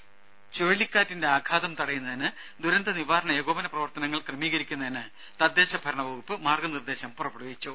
ദ്ദേ ചുഴലിക്കാറ്റിന്റെ ആഘാതം തടയുന്നതിന് ദുരന്ത നിവാരണ ഏകോപന പ്രവർത്തനങ്ങൾ ക്രമീകരിക്കുന്നതിന് തദ്ദേശ ഭരണ വകുപ്പ് മാർഗനിർദ്ദേശം പുറപ്പെടുവിച്ചു